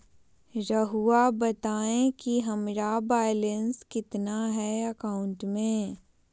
रहुआ बताएं कि हमारा बैलेंस कितना है अकाउंट में?